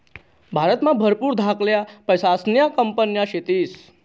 भारतमा भरपूर धाकल्या पैसासन्या कंपन्या शेतीस